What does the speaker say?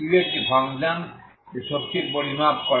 uএকটি function যা শক্তির পরিমাপ করে